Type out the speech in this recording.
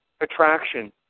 Attraction